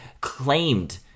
claimed